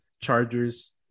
Chargers